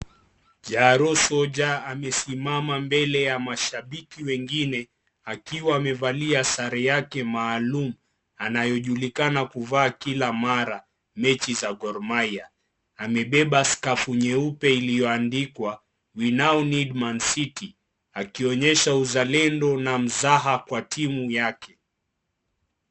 Jaro soja amesimama mbele ya mashabiki wengine akiwa amevalia sare yake maalum anayojulikana kuvaa kila mara mechi za Gor mahia. Amebeba skafu nyeupe iliyoandikwa we now need mancity akionyesha uzalendo na mzaha kwa timu yake.